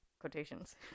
quotations